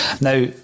Now